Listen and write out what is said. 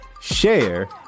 share